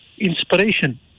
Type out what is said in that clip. inspiration